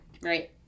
right